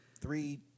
three